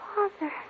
Father